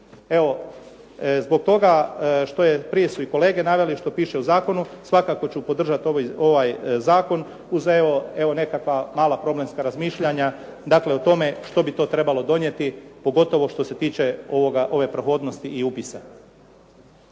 Evo, zbog toga što prije su i kolege naveli što piše u zakonu svakako ću podržati ovaj zakon uz evo nekakva mala problemska razmišljanja o tome što bi to trebalo donijeti pogotovo što se tiče ove prohodnosti i upisa.